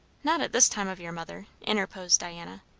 not at this time of year, mother, interposed diana.